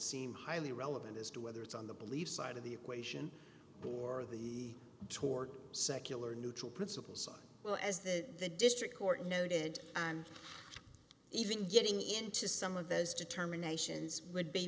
seem highly relevant as to whether it's on the belief side of the equation or the tort secular or neutral principle side well as the the district court noted i'm even getting into some of those determinations would be